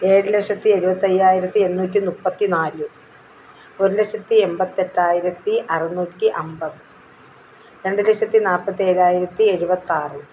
ഏഴു ലക്ഷത്തി എഴുപത്തയ്യായിരത്തി എണ്ണൂറ്റി മുപ്പത്തി നാല് ഒരു ലക്ഷത്തി എമ്പത്തെട്ടായിരത്തി അറുന്നൂറ്റി അമ്പത് രണ്ടു ലക്ഷത്തി നാല്പത്തേഴായിരത്തി എഴുപത്താറ്